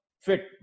Fit